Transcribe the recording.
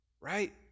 Right